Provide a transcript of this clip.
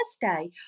Thursday